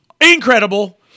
Incredible